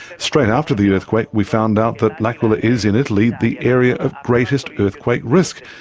straight after the earthquake we found out that l'aquila is in italy the area of greatest earthquake risk.